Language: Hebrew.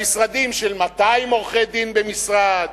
למשרדים של 200 עורכי-דין במשרד